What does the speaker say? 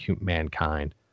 mankind